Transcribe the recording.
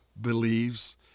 believes